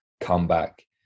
comeback